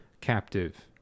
captive